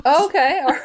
okay